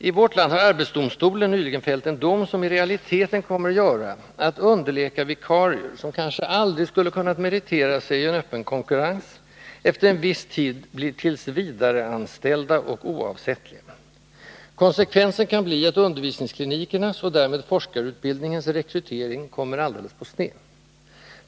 — I vårt land har arbetsdomstolen nyligen fällt en dom som i realiteten kommer att göra att underläkarvikarier, som kanske aldrig skulle kunnat meritera sig i en öppen konkurrens, efter en viss tid blir ”tillsvidareanställda” och oavsättliga. Konsekvensen kan bli att undervisningsklinikernas — och därmed forskarutbildningens — rekrytering kommer alldeles på sned.